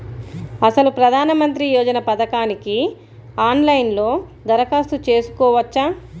అసలు ప్రధాన మంత్రి యోజన పథకానికి ఆన్లైన్లో దరఖాస్తు చేసుకోవచ్చా?